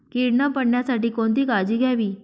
कीड न पडण्यासाठी कोणती काळजी घ्यावी?